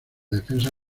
defensa